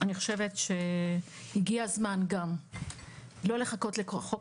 אני חושבת שהגיע הזמן לא לחכות לחוק